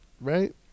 right